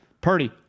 Purdy